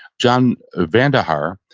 john vandahar,